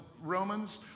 Romans